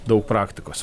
daug praktikos